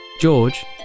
George